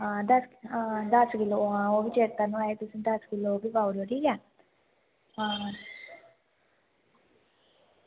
आं दस्स किलो ओह्बी चेत्ता नुआया ई तुसें किलो ओह्बी पाई ओड़ेओ ठीक ऐ